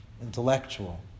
intellectual